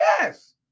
Yes